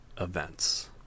events